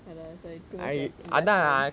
அதான்:athaan is like too much of investment